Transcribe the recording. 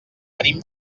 venim